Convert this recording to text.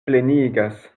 plenigas